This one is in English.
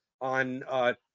on